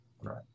Right